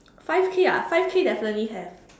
five K ah five K definitely have